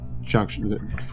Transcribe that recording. Junction